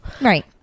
right